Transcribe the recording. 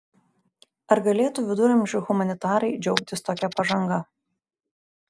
ar galėtų viduramžių humanitarai džiaugtis tokia pažanga